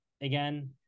again